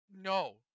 no